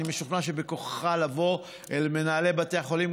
אני משוכנע שבכוחך לבוא אל מנהלי בת החולים,